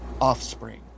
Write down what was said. offspring